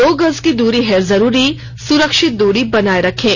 दो गज की दूरी है जरूरी सुरक्षित दूरी बनाए रखें